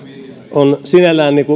on sinällään